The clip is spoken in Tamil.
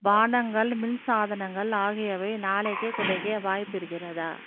பானங்கள் மின் சாதனங்கள் ஆகியவை நாளைக்கே கிடைக்க வாய்ப்பு இருக்கிறதா